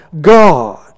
God